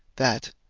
that